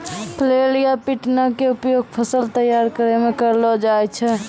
flail या पिटना के उपयोग फसल तैयार करै मॅ करलो जाय छै